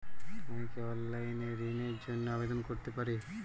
আমি কি অনলাইন এ ঋণ র জন্য আবেদন করতে পারি?